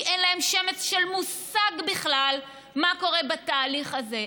כי אין להם שמץ של מושג בכלל מה קורה בתהליך הזה.